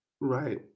Right